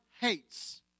hates